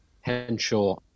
Henshaw